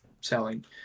selling